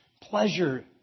pleasure